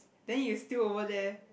then you still over there